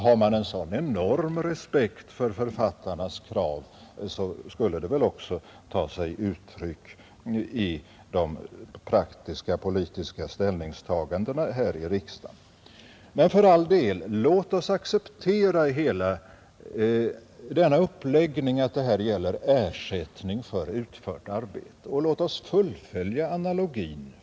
Har man en så enorm respekt för författarnas krav, borde det väl också ta sig uttryck i de praktiska politiska ställningstagandena här i riksdagen. Men för all del, låt oss acceptera hela denna uppläggning att det här gäller ersättning för utfört arbete. Låt oss fullfölja analogin.